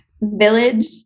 village